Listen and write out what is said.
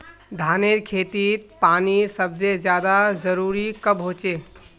धानेर खेतीत पानीर सबसे ज्यादा जरुरी कब होचे?